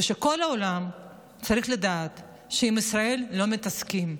וכל העולם צריך לדעת שעם ישראל לא מתעסקים,